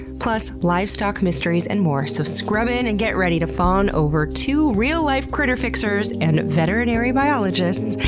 plus livestock mysteries, and more. so scrub in and get ready to fawn over two real-life critter fixers and veterinary biologists,